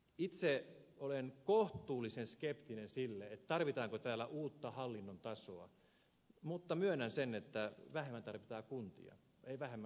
itse olen kohtuullisen skeptinen tarvitaanko täällä uutta hallinnon tasoa mutta myönnän sen että vähemmän tarvitaan kuntia ei vähemmän hallintoa